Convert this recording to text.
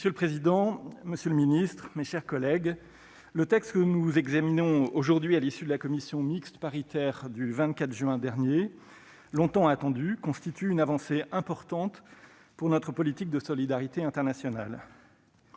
Monsieur le président, monsieur le ministre, mes chers collègues, le texte que nous examinons aujourd'hui à l'issue de la commission mixte paritaire du 24 juin dernier, longtemps attendu, constitue une avancée importante pour notre politique de solidarité internationale.